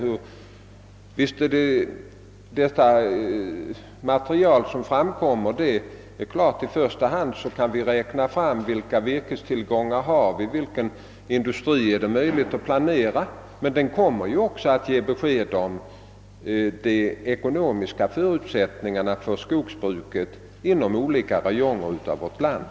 Av det material som framkommer kan vi i första hand beräkna vilka virkestillgångar vi har, men det kommer också att ge besked om de ekonomiska förutsättningarna för skogsbruket inom olika räjonger av vårt land.